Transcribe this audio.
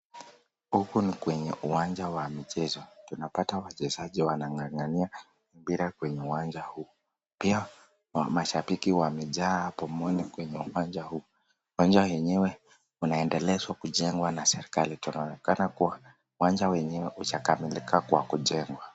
Huku ni kwenye uwanja wa michezo. Tunapata wachezaji wang'ang'ania mpira kwenye uwanja huu. Pia mashabiki wamejaa pomoni kwenye uwanja huu. Uwanja wenyewe unaendelezwa kujengwa na serikali. Tunaonekana kuwa uwanja wenyewe hujakamilika kwa kujengwa.